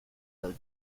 felt